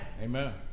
Amen